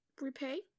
repay